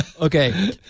okay